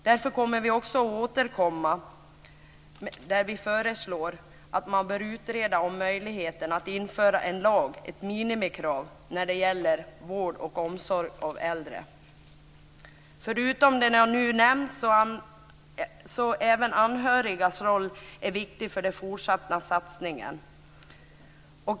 Därför kommer vi att återkomma och föreslå att man bör utreda möjligheten att införa en lag, ett minimikrav när det gäller vård och omsorg av äldre. Förutom det som jag nu har nämnt så är även de anhörigas roll viktig för den fortsatta satsningen.